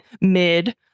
mid